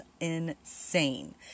insane